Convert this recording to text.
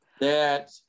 that-